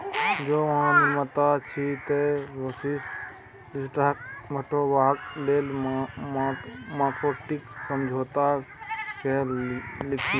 जौं अहाँ निर्माता छी तए बेसिस रिस्क मेटेबाक लेल मार्केटिंग समझौता कए लियौ